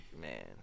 man